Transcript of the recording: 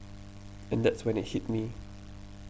and that's when it hit me